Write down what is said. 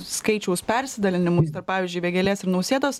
skaičiaus persidalinimus tarp pavyzdžiui vėgėlės ir nausėdos